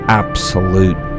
absolute